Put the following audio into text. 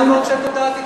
למה הוצאת הודעת התנצלות?